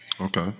Okay